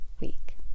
week